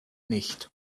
nicht